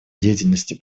деятельности